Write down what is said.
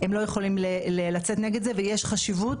הם לא יכולים לצאת נגד זה ויש חשיבות